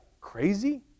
crazy